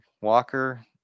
walker